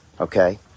Okay